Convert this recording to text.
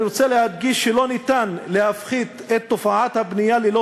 אני רוצה להדגיש שאי-אפשר להפחית את תופעת הבנייה ללא